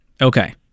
Okay